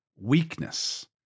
weakness